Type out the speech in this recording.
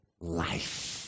life